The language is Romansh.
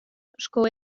sco